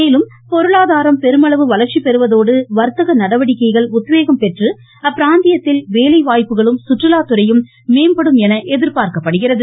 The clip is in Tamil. மேலும் பொருளாதாரம் பெருமளவு வளர்ச்சி பெறுவதோடு வர்த்தக நடவடிக்கைகள் உத்வேகம் பெற்று அப்பிராந்தியத்தில் வேலை வாய்ப்புகளும் சுற்றுலாத்துறையும் மேம்படும் என எதிர்பார்க்கப்படுகிறது